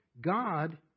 God